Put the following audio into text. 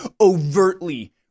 overtly